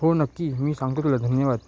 हो नक्की मी सांगतो तुला धन्यवाद